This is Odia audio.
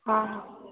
ହଁ